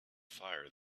fire